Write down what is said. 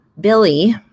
Billy